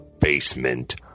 basement